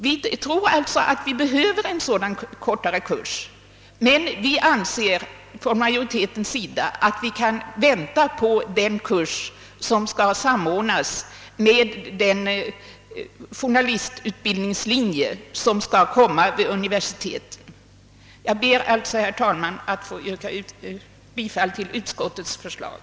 Vi tror alltså att vi behöver en sådan kortare kurs, men utskottsmajoriteten anser att vi kan vänta på den kurs som skall samordnas med den journalistutbildningslinje som skall anordnas vid universiteten. Jag ber alltså, herr talman, att få yrka bifall till utskottets förslag.